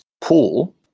pool